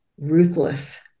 ruthless